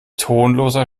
tonloser